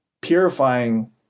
purifying